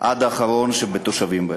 עד האחרון שבתושבים בעיר.